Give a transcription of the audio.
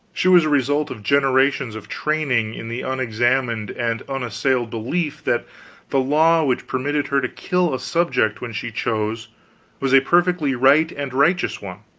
she was a result of generations of training in the unexamined and unassailed belief that the law which permitted her to kill a subject when she chose was a perfectly right and righteous one.